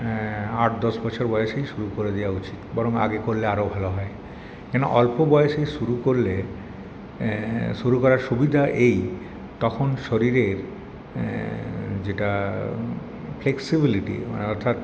আট দশ বছর বয়সেই শুরু করে দেওয়া উচিত বরং আগে করলে আরো ভালো হয় এই অল্প বয়সে শুরু করলে শুরু করার সুবিধা এই তখন শরীরের যেটা ফ্লেক্সিবিলিটি মানে অর্থাৎ